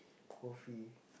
coffee